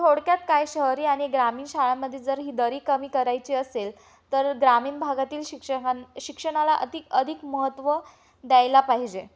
थोडक्यात काय शहरी आणि ग्रामीण शाळांमध्ये जर हि दरी कमी करायची असेल तर ग्रामीण भागातील शिक्षकां शिक्षणाला अतिक अधिक महत्त्व द्यायला पाहिजे